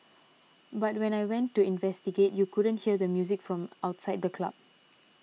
but when I went to investigate you couldn't hear the music from outside the club